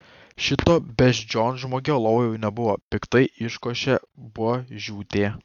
šito beždžionžmogio lovoje jau nebuvo piktai iškošė buožiūtė